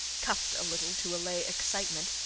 cuffed a little to allay excitement,